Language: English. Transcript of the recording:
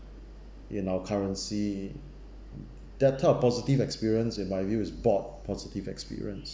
in our currency that type of positive experience in my view is bored positive experience